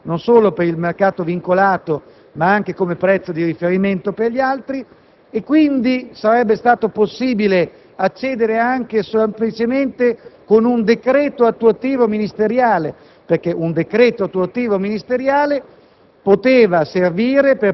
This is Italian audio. del mercato, anzi non solo per quello vincolato ma anche come prezzo di riferimento per gli altri, quindi sarebbe stato possibile agire anche e semplicemente con un decreto attuativo ministeriale, che sarebbe potuto servire